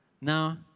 Now